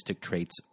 traits